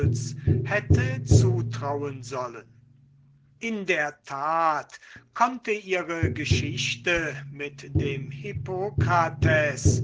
hätte zutrauen sollen in der tat konnte ihre geschichte mit dem hippokrates